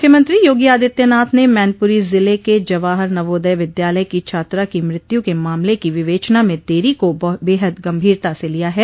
मुख्यमंत्री योगी आदित्यनाथ ने मैनपुरी जिले के जवाहर नवोदय विद्यालय की छात्रा की मृत्यु के मामले की विवेचना में देरी को बेहद गंभीरता से लिया है